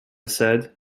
said